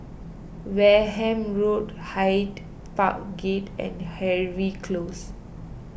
Wareham Road Hyde Park Gate and Harvey Close